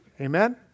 Amen